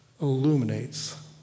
illuminates